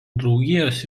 draugijos